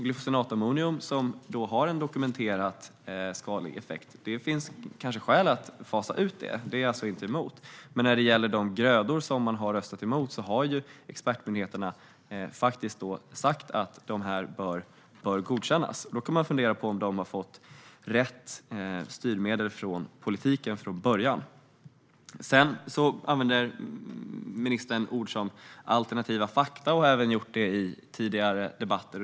Glufosinatammonium har en dokumenterad skadlig effekt, så det finns kanske skäl att fasa ut det, det är jag inte emot. Men när det gäller de grödor som man har röstat emot har expertmyndigheterna sagt att de bör godkännas. Då kan man fundera på om expertmyndigheterna från början har fått rätt styrmedel av politiken. Ministern använder ord som alternativa fakta, och hon har gjort det även i tidigare debatter.